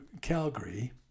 Calgary